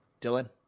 Dylan